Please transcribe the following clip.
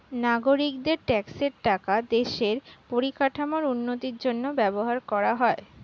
নাগরিকদের ট্যাক্সের টাকা দেশের পরিকাঠামোর উন্নতির জন্য ব্যবহার করা হয়